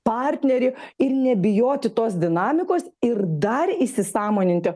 partnerį ir nebijoti tos dinamikos ir dar įsisąmoninti